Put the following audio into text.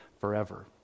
forever